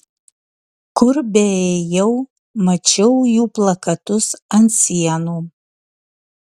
kur beėjau mačiau jų plakatus ant sienų